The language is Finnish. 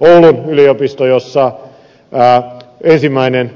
oulun yliopistossa jossa ensimmäinen